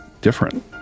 different